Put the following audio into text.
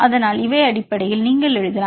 அதனால் இவை அடிப்படையில் நீங்கள் எழுதலாம்